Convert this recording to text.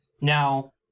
now